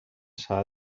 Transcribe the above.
s’ha